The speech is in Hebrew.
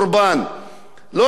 לא רק האוכלוסייה הערבית,